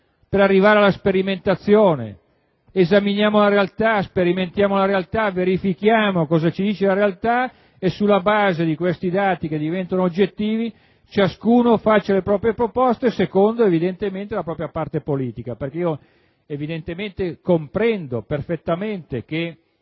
per arrivare alla sperimentazione. Esaminiamo la realtà, sperimentiamo la realtà, verifichiamo cosa ci dice la realtà e sulla base di quei dati, che diventano oggettivi, ciascuno faccia le proprie proposte secondo la propria parte politica. Comprendo infatti perfettamente che